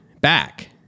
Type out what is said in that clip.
back